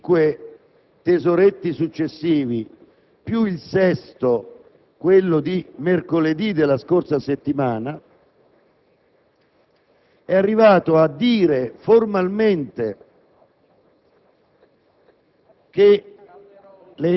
attraverso l'emersione di cinque tesoretti successivi, più il sesto, quello di mercoledì della scorsa settimana, è arrivato a dire formalmente